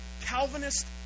Calvinist